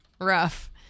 Rough